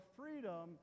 freedom